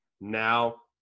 Now